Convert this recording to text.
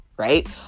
Right